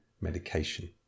medication